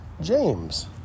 James